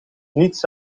niets